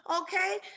Okay